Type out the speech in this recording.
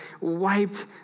wiped